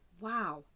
Wow